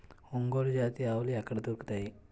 ఒంగోలు జాతి ఆవులు ఎక్కడ దొరుకుతాయి?